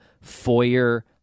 foyer